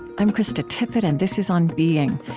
i'm krista tippett, and this is on being.